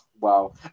wow